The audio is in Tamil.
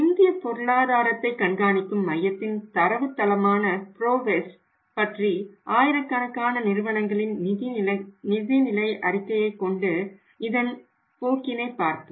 இந்தியப் பொருளாதாரத்தை கண்காணிக்கும் மையத்தின் தரவுத்தளமான ப்ரோவெஸில் உள்ள ஆயிரக்கணக்கான நிறுவனங்களின் நிதி நிலை அறிக்கையை கொண்டு இதன் போக்கினை பார்ப்போம்